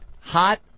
hot